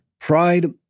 Pride